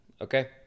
okay